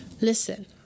Listen